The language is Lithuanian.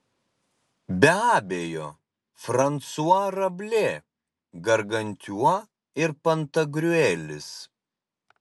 be abejo fransua rablė gargantiua ir pantagriuelis